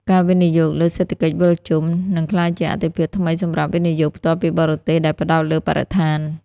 ការវិនិយោគលើ "សេដ្ឋកិច្ចវិលជុំ" នឹងក្លាយជាអាទិភាពថ្មីសម្រាប់ វិនិយោគផ្ទាល់ពីបរទេស ដែលផ្ដោតលើបរិស្ថាន។